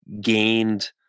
gained